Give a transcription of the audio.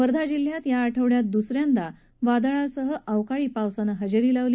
वर्धा जिल्ह्यात या आठवड़यात दसऱ्यांदा वादळासह अवकाळी पावसानं हजेरी लावली